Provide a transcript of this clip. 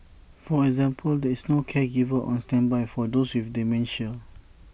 for example there is no caregiver on standby for those with dementia